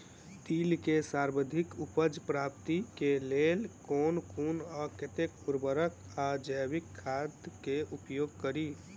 तिल केँ सर्वाधिक उपज प्राप्ति केँ लेल केँ कुन आ कतेक उर्वरक वा जैविक खाद केँ उपयोग करि?